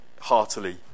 heartily